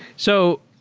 so,